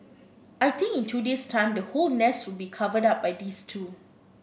I think in two days time the whole nest will be covered up by these two